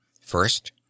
First